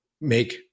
make